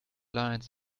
lines